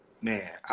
Man